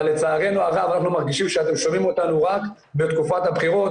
אבל לצערנו הרב אנחנו מרגישים שאתם שומעים אותנו רק בתקופת הבחירות